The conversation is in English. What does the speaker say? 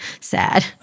Sad